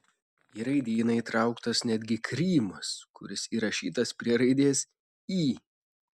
į raidyną įtrauktas netgi krymas kuris įrašytas prie raidės y